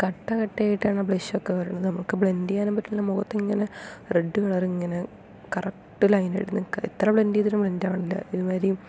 കട്ട കട്ടയായിട്ടാണ് ബ്ലഷൊക്കെ വരുന്നത് നമുക്ക് ബ്ലെൻഡ് ചെയ്യാനും പറ്റുന്നില്ല മുഖത്തിങ്ങനെ റെഡ് കളർ ഇങ്ങനെ കറക്റ്റ് ലൈൻ ആയിട്ട് നിൽക്കുകയാ എത്ര ബ്ലെൻഡ് ചെയ്തിട്ടും ബ്ലെൻഡ് ആവുന്നില്ല ഒരുമാതിരി